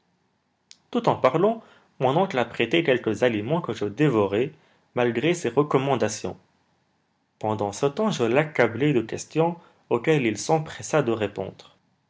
tout en parlant mon oncle apprêtait quelques aliments que je dévorai malgré ses recommandations pendant ce temps je l'accablai de questions auxquelles il s'empressa de répondre